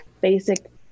basic